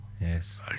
Yes